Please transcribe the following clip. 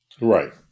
Right